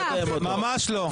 ממש לא.